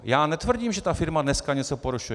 Já netvrdím, že ta firma dneska něco porušuje.